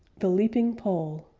the leaping poll